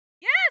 yes